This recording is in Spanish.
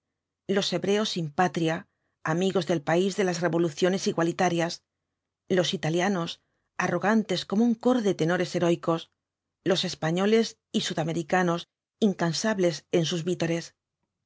los hebreos sin patria amigos del país de las revoluciones igualitarias los italianos arrogantes como un coro de tenores heroicos los españoles y sudamericanos incansables en sus